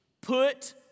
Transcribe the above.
Put